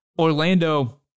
Orlando